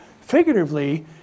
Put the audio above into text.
Figuratively